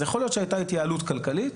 אז יכול להיות שהיתה התייעלות כלכלית,